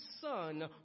son